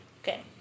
Okay